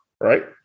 right